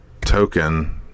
token